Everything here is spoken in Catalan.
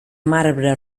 marbre